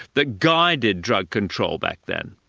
that guided drug control back then.